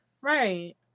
Right